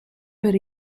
per